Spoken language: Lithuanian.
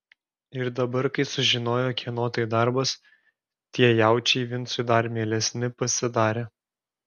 ir dabar kai sužinojo kieno tai darbas tie jaučiai vincui dar mielesni pasidarė